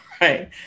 right